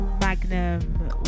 Magnum